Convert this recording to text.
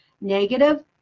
negative